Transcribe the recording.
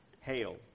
hail